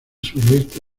suroeste